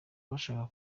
abashakaga